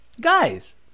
Guys